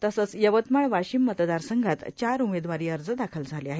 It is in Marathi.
तसंच यवतमाळ वाशिम मतदारसंघात चार उमेदवारी अर्ज दाखल झाले आहेत